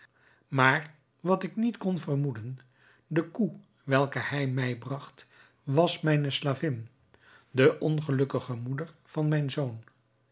maar wat ik niet kon vermoeden de koe welke hij mij bragt was mijne slavin de ongelukkige moeder van mijn zoon